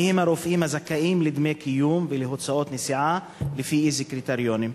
מי הם הרופאים הזכאים לדמי קיום ולהוצאות נסיעה ולפי איזה קריטריונים?